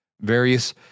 various